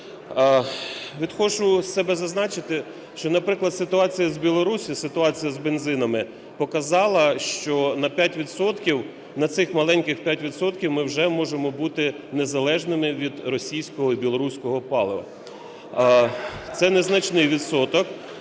від себе зазначити, що, наприклад, ситуація з Білоруссю, ситуація з бензинами, показала, що на 5 відсотків, на цих маленьких 5 відсотків ми вже можемо бути незалежними від російського і білоруського палива. Це незначний відсоток,